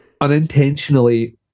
unintentionally